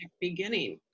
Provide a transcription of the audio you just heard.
beginning